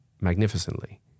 magnificently